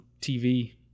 TV